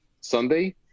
Sunday